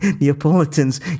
Neapolitans